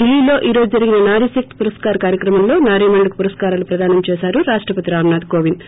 దిల్లీలో ఈ రోజు జరిగిన నారీశక్తి పురస్కార్ కార్యక్రమంలో నారీమణులకు పురస్కారాలు ప్రదానం చేశారు రాష్టపతి రామ్నాథ్ కోవింద్